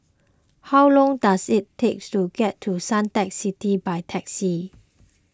how long does it take to get to Suntec City by taxi